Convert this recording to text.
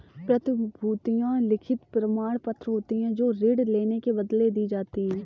प्रतिभूतियां लिखित प्रमाणपत्र होती हैं जो ऋण लेने के बदले दी जाती है